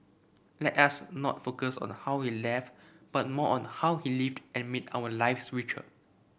let us not focus on how he left but more on how he lived and made our lives richer